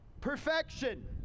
perfection